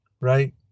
Right